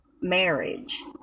marriage